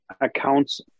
accounts